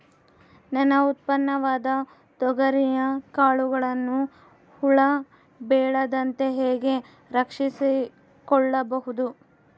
ನನ್ನ ಉತ್ಪನ್ನವಾದ ತೊಗರಿಯ ಕಾಳುಗಳನ್ನು ಹುಳ ಬೇಳದಂತೆ ಹೇಗೆ ರಕ್ಷಿಸಿಕೊಳ್ಳಬಹುದು?